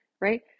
right